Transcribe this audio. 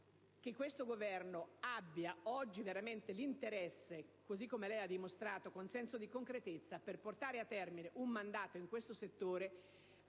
che questo Governo dimostri interesse, così come lei ha dimostrato, con senso di concretezza, a portare a termine un mandato in questo settore